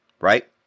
Right